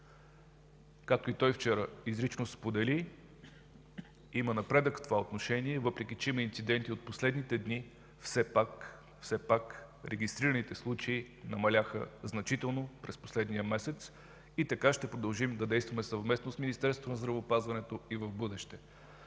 Както и той вчера изрично сподели, има напредък в това отношение. Въпреки че от последните дни има инциденти, все пак регистрираните случаи намаляха значително през последния месец. Така ще продължим да действаме и в бъдеще – съвместно с Министерството на здравеопазването. Също